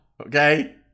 okay